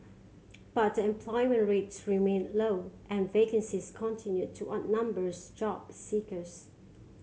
but the employment rates remained low and vacancies continued to outnumbers job seekers